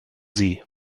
sie